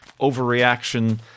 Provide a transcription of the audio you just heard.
overreaction